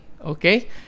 okay